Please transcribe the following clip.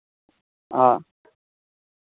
हां